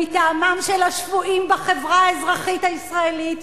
מטעמם של השפויים בחברה האזרחית הישראלית,